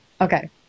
Okay